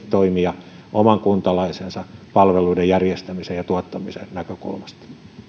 toimija oman kuntalaisensa palveluiden järjestämisen ja tuottamisen näkökulmasta